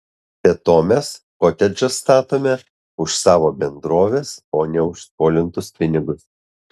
be to mes kotedžą statome už savo bendrovės o ne už skolintus pinigus